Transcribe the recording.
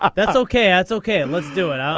ah that's ok. that's ok. and let's do it.